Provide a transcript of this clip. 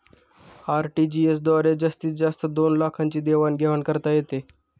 RTGS द्वारे जास्तीत जास्त दोन लाखांची देवाण घेवाण करता येते